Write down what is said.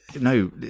no